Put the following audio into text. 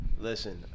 Listen